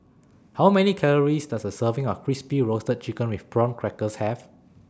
How Many Calories Does A Serving of Crispy Roasted Chicken with Prawn Crackers Have